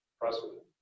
precedent